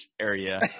area